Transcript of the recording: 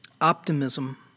optimism